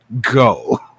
go